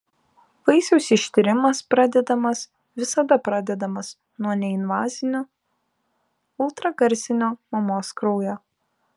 vaisiaus ištyrimas pradedamas visada pradedamas nuo neinvazinių ultragarsinio mamos kraujo